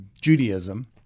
Judaism